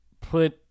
put